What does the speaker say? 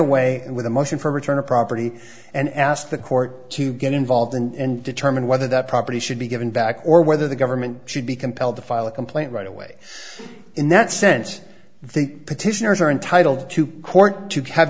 and with a motion for a return of property and ask the court to get involved and determine whether that property should be given back or whether the government should be compelled to file a complaint right away in that sense the petitioners are entitled to court to have